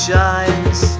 Shines